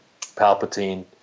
palpatine